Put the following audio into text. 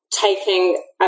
taking